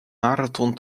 marathon